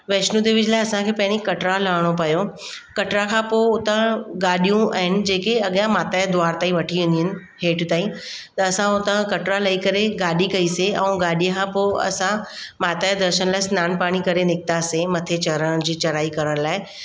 वैष्नो देवी लाइ असांखे पहिरीं कटरा लहिणो पियो कटरा खां पोइ हुतां गाॾियूं आहिनि जेके अॻियां माता जे द्वार अथई वठी वेंदियूं आहिनि हेठि ताईं त असां हुतां कटरा लही करे गाॾी कईसीं ऐं गाॾी खां पोइ असां माता जे दर्शनु लाइ सनानु पाणी करे निकितासीं मथे चढ़ण जी चढ़ाई करण लाइ